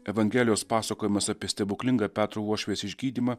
evangelijos pasakojimas apie stebuklingą petro uošvės išgydymą